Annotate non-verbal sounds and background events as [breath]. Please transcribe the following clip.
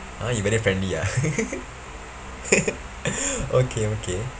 ah you very friendly ah [laughs] [breath] okay okay